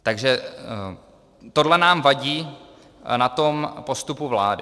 Takže tohle nám vadí na tom postupu vlády.